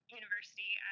university